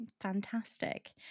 fantastic